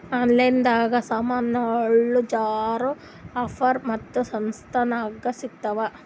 online ನಾಗ್ ಸಾಮಾನ್ಗೊಳ್ ಜರಾ ಆಫರ್ ಮತ್ತ ಸಸ್ತಾ ನಾಗ್ ಸಿಗ್ತಾವ್